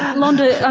ah londa, ah